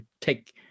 take